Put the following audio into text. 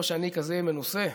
לא שאני כזה מנוסה.